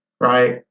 Right